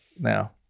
now